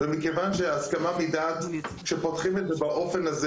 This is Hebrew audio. ומכיוון שההסכמה מדעת שפותחים את זה באופן הזה,